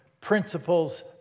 principles